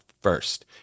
first